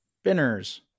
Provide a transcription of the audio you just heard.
Spinner's